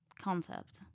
concept